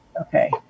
Okay